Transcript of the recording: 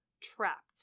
trapped